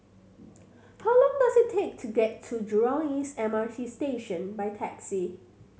how long does it take to get to Jurong East M R T Station by taxi